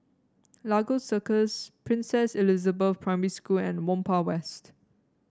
Lagos Circles Princess Elizabeth Primary School and Whampoa West